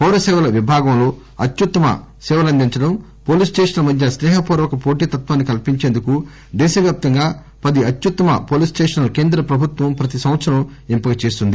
పౌర సేవల విభాగంలో అత్యుత్తమ సేవలంచడంపోలీస్ స్టేషన్ల మధ్య స్నే హపూర్వక పోటీ తత్వాన్ని కల్పించేందుకు దేశవ్యాప్తంగా పది అత్యుత్తమ పోలీస్ స్టేషన్లను కేంద్ర ప్రభుత్వం ప్రతీ సంవత్సరం ఎంపిక చేస్తుంది